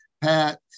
Pat